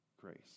grace